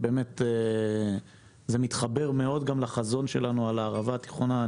באמת זה מתחבר מאוד על החזון שלנו לערבה התיכונה.